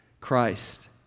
Christ